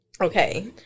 Okay